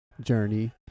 journey